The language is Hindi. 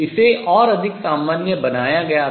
इसे और अधिक सामान्य बनाया गया था